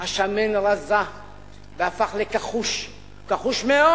השמן רזָה והפך לכחוש, כחוש מאוד.